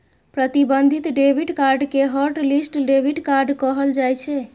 प्रतिबंधित debit card कें hotlist debit card कहल जाइ छै